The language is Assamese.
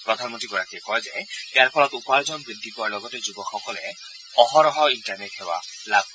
প্ৰধানমন্ত্ৰী গৰাকীয়ে কয় যে ইয়াৰ ফলত উপাৰ্জন বৃদ্ধি পোৱাৰ লগতে যুৱকসকলে অহৰহ ইণ্টাৰনেট সেৱা লাভ কৰিব